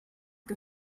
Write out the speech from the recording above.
que